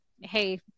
Hey